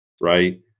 right